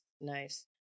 nice